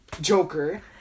Joker